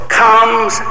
comes